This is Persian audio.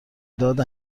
داد